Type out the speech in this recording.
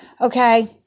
Okay